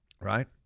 right